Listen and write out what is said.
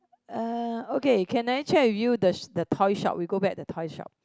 uh okay can I check with you the s~ the toy shop we go back the toy shop